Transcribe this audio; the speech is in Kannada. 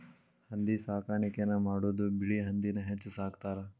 ಹಂದಿ ಸಾಕಾಣಿಕೆನ ಮಾಡುದು ಬಿಳಿ ಹಂದಿನ ಹೆಚ್ಚ ಸಾಕತಾರ